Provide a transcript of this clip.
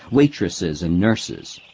waitresses, and nurses.